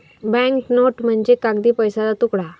bank note म्हणजे कागदी पैशाचा तुकडा